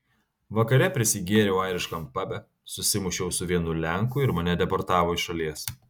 vakare prisigėriau airiškam pabe susimušiau su vienu lenku ir mane deportavo iš šalies